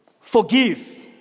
forgive